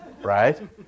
Right